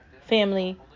family